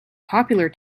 popular